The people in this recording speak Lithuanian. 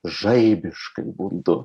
žaibiškai bundu